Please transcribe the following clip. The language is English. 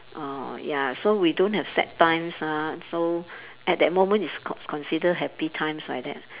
uh ya so we don't have sad times ah so at that moment is con~ considered happy times like that